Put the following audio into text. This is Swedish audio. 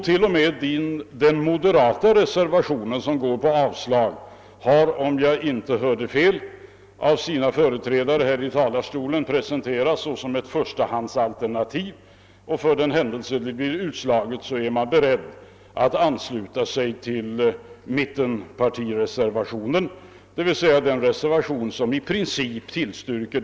Till och med den moderata reservationen, som går ut på avslag, har — om jag inte hörde fel — av sina talesmän presenterats såsom ett förstahandsalternativ; för den händelse densamma blir utslagen är man beredd att ansluta sig till mittenpartireservationen, där de grundläggande tankarna i princip tillstyrks.